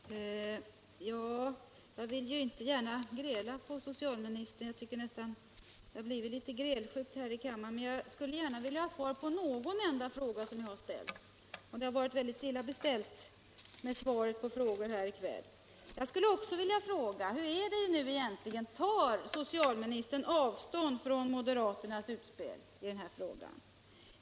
Herr talman! Jag vill inte gärna gräla på socialministern. Det har blivit litet väl grälsjukt här i kammaren i kväll. Men jag skulle gärna vilja ha svar på någon enda fråga som jag har ställt. Det har över huvud taget varit mycket dåligt med svaren på frågorna i denna debatt. Hur är det egentligen, tar socialministern avstånd från moderaternas utspel i denna fråga?